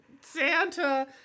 Santa